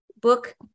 book